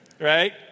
Right